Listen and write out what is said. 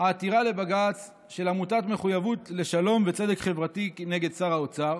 העתירה לבג"ץ של עמותת מחויבות לשלום וצדק חברתי כנגד שר האוצר.